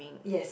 yes